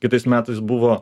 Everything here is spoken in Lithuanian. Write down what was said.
kitais metais buvo